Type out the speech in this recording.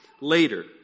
later